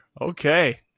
Okay